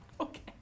Okay